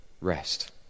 rest